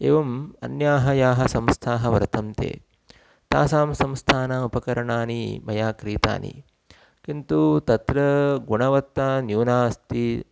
एवम् अन्याः याः संस्थाः वर्तन्ते तासां संस्थानाम् उपकरणानि मया क्रीतानि किन्तु तत्र गुणवत्ता न्यूना अस्ति